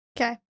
Okay